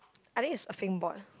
I think it's surfing board